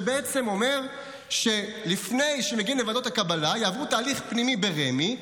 שאומר שלפני שמגיעים לוועדות הקבלה יעברו תהליך פנימי ברמ"י,